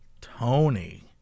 Tony